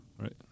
Right